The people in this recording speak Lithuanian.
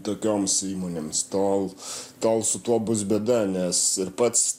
tokioms įmonėms tol tol su tuo bus bėda nes ir pats